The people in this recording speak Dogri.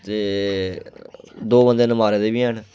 ते दो बंदे उन्न मारे दे बी हैन